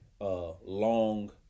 long